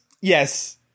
Yes